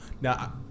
Now